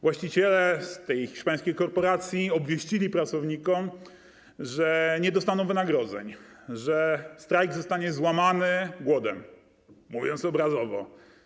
Właściciele z hiszpańskiej korporacji obwieścili pracownikom, że nie dostaną wynagrodzeń, że strajk zostanie złamany głodem, mówiąc obrazowo.